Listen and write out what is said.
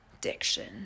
Diction